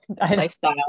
lifestyle